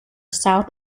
south